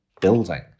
building